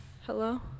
Hello